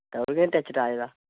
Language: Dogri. नी टिच टाच दा